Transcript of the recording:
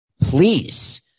please